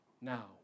now